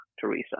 Teresa